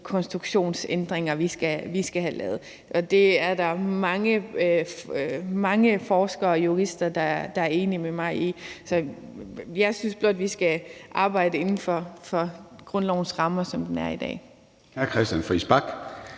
konstruktionsændringer, vi skal have lavet, og det er der mange forskere og jurister der er enige med mig i. Så jeg synes blot, at vi skal arbejde inden for rammerne af grundloven, som den er i dag.